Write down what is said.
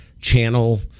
channel